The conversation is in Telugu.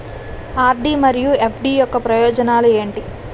ఆర్.డి మరియు ఎఫ్.డి యొక్క ప్రయోజనాలు ఏంటి?